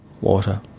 water